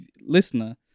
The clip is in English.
listener